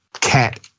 cat